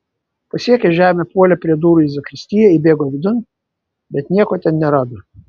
pasiekęs žemę puolė prie durų į zakristiją įbėgo vidun bet nieko ten nerado